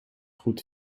goed